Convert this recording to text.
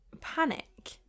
panic